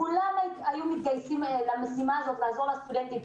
כולם היו מתגייסים למשימה הזו לעזור לסטודנטים.